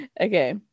Okay